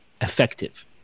effective